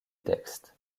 texte